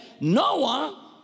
Noah